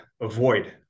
avoid